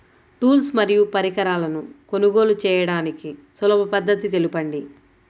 Tools మరియు పరికరాలను కొనుగోలు చేయడానికి సులభ పద్దతి తెలపండి?